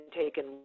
taken